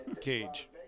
Cage